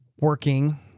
working